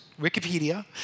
Wikipedia